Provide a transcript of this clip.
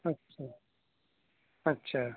اچھا اچھا